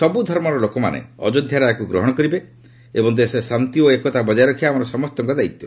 ସବୁ ଧର୍ମର ଲୋକମାନେ ଅଯୋଧ୍ୟା ରାୟକୁ ଗ୍ରହଣ କରିବେ ଏବଂ ଦେଶରେ ଶାନ୍ତି ଓ ଏକତା ବଜାୟ ରଖିବା ଆମର ସମସ୍ତଙ୍କ ଦାୟିତ୍ୱ